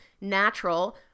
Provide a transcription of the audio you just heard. natural